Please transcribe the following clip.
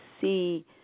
see